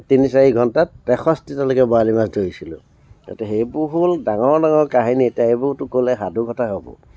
তিনি চাৰি ঘণ্টাত তেষষ্টিটা লৈকে বৰালি মাছ ধৰিছিলোঁ এতিয়া সেইবোৰ হ'ল ডাঙৰ ডাঙৰ কাহিনী এতিয়া সেইবোৰটো ক'লে সাধুকথা হ'ব